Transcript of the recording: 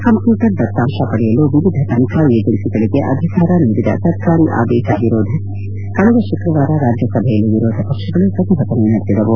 computer ದತ್ತಾಂಶ ಪಡೆಯಲು ವಿವಿಧ ತನಿಖಾ ಏಜೆನ್ನಿಗಳಿಗೆ ಅಧಿಕಾರ ನೀಡಿದ ಸರ್ಕಾರಿ ಆದೇಶ ವಿರೋಧಿಸಿ ಕಳೆದ ಶುಕ್ರವಾರ ರಾಜ್ಯಸಭೆಯಲ್ಲಿ ವಿರೋಧಪಕ್ಷಗಳು ಪ್ರತಿಭಟನೆ ನಡೆಸಿದವು